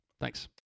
Thanks